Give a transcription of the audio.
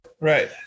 Right